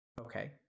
Okay